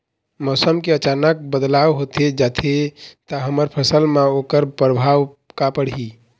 मौसम के अचानक बदलाव होथे जाथे ता हमर फसल मा ओकर परभाव का पढ़ी?